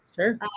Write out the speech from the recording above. Sure